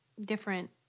different